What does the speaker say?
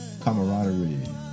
camaraderie